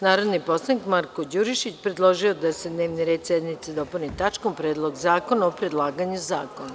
Narodni poslanik Marko Đurišić predložio je da se dnevni red sednice dopuni tačkom Predlog zakona o predlaganju zakona.